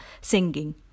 singing